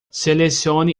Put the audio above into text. selecione